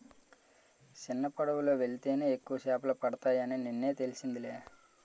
సిన్నపడవలో యెల్తేనే ఎక్కువ సేపలు పడతాయని నిన్నే తెలిసిందిలే